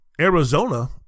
Arizona